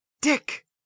Dick